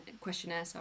questionnaire